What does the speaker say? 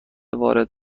وارد